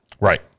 Right